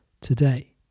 today